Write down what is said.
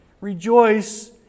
Rejoice